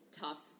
tough